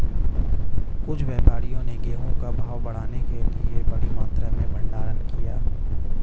कुछ व्यापारियों ने गेहूं का भाव बढ़ाने के लिए बड़ी मात्रा में भंडारण किया